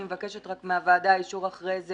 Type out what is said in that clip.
אני מבקשת רק מהוועדה אישור אחרי זה